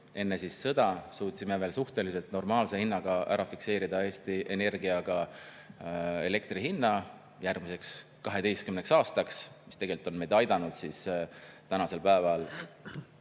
enne sõja [algust] suutsime veel suhteliselt normaalse hinnaga ära fikseerida Eesti Energiaga elektri hinna järgmiseks 12 aastaks, mis on meil aidanud tänasel päeval